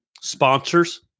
sponsors